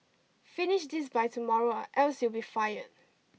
finish this by tomorrow or else you'll be fired